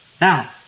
Now